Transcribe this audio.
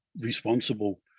responsible